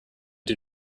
due